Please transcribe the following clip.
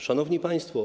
Szanowni Państwo!